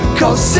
cause